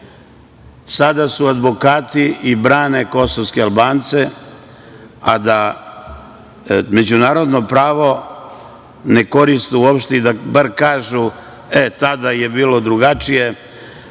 sada su advokati i brane kosovske Albance, a da međunarodno pravo ne koriste uopšte i da bar kažu – e, tada je bilo drugačije,